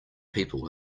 people